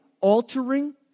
altering